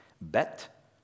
Bet